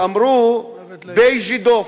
שאמרו "בי ז'ידוב",